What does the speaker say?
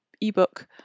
ebook